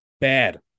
Bad